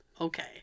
okay